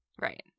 Right